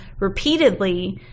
repeatedly